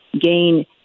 gain